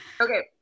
Okay